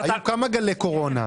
היו כמה גלי קורונה.